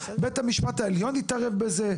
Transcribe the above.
בית המשפט העליון התערב בזה,